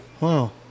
Wow